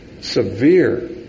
severe